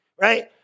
right